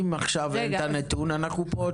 אם עכשיו אין את הנתון, אנחנו פה בעוד